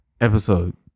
episode